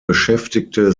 beschäftigte